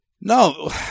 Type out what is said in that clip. No